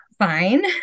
fine